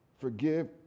forgive